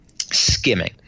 Skimming